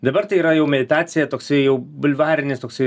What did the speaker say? dabar tai yra jau meditacija toksai jau bulvarinis toksai